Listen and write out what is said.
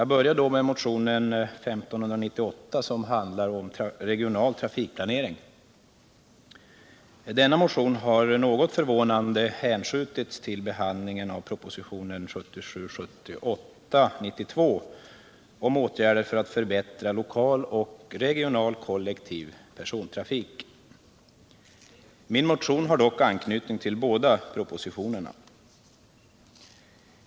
Jag börjar med motionen 1977 78:92 om åtgärder för att förbättra lokal och regional kollektiv persontrafik. Min motion har dock anknytning till båda propositionerna.